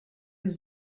was